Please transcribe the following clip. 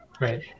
right